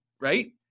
right